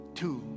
two